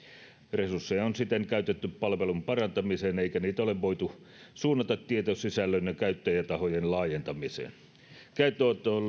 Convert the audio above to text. resursseja on siten käytetty palvelun parantamiseen eikä niitä ole voitu suunnata tietosisällön ja käyttäjätahojen laajentamiseen käyttöönottoon